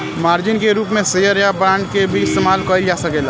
margin के रूप में शेयर या बांड के भी इस्तमाल कईल जा सकेला